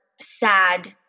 sad